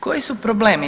Koji su problemi?